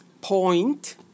point